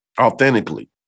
authentically